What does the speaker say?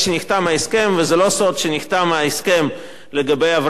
וזה לא סוד שנחתם ההסכם לגבי הבראת רשות השידור.